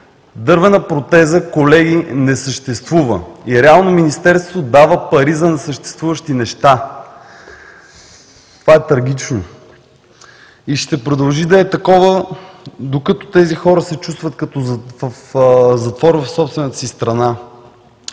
Дървена протеза, колеги, не съществува и реално Министерството дава пари за несъществуващи неща. Това е трагично и ще продължи да е такова, докато тези хора се чувстват като в затвор в собствената си страна.